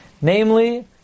namely